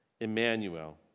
Emmanuel